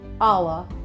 Allah